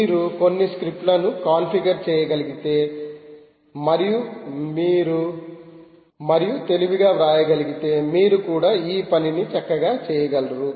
మీరు కొన్ని స్క్రిప్ట్లను కాన్ఫిగర్ చేయగలిగితే మరియు తెలివిగా వ్రాయగలిగితే మీరు కూడా ఈ పనిని చక్కగా చేయగలరు